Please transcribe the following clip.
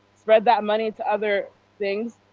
spread that money to other things.